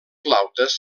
flautes